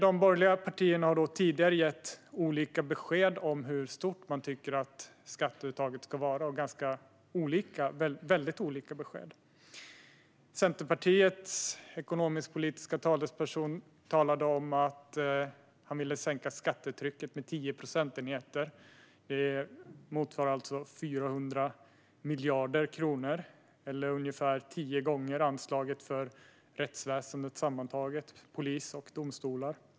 De borgerliga partierna har tidigare gett väldigt olika besked om hur stort de tycker att skatteuttaget ska vara. Centerpartiets ekonomisk-politiska talesperson talade om att han vill sänka skattetrycket med 10 procentenheter. Det motsvarar 400 miljarder kronor eller ungefär tio gånger anslaget för rättsväsendet sammantaget, polis och domstolar.